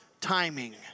timing